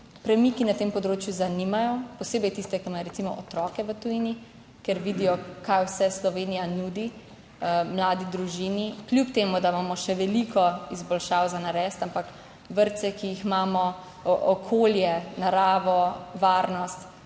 premiki na tem področju zanimajo, posebej tiste, ki imajo recimo otroke v tujini, ker vidijo, kaj vse Slovenija nudi mladi družini. Kljub temu, da imamo še veliko izboljšav za narediti, ampak vrtci, ki jih imamo, okolje, naravo, varnost,